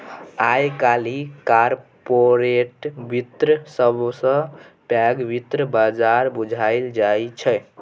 आइ काल्हि कारपोरेट बित्त सबसँ पैघ बित्त बजार बुझल जाइ छै